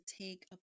take